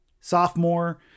sophomore